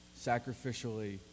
sacrificially